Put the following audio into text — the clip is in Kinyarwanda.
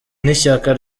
n’ishyaka